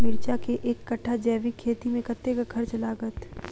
मिर्चा केँ एक कट्ठा जैविक खेती मे कतेक खर्च लागत?